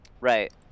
Right